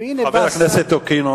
והנה בא השר, חבר הכנסת אקוניס,